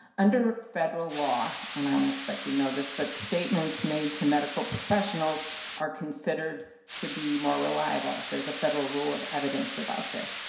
under federal law, and i and expect you know this, but statements made to medical professionals are considered to be more reliable. there is a federal rule of evidence about this.